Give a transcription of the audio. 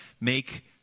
make